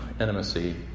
intimacy